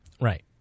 Right